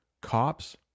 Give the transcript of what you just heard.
cops